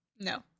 No